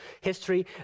history